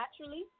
naturally